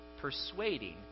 persuading